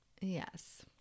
Yes